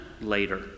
later